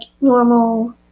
normal